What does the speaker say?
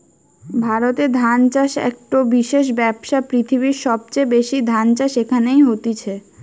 ভারতে ধান চাষ একটো বিশেষ ব্যবসা, পৃথিবীর সবচেয়ে বেশি ধান চাষ এখানে হতিছে